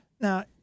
Now